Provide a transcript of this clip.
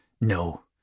No